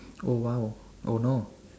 oh !wow! oh no